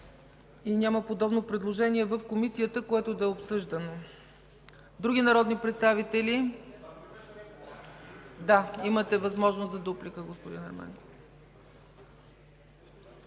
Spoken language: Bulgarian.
И няма подобно предложение в Комисията, което да е обсъждано. Други народни представители? Имате възможност за дуплика, господин Ерменков.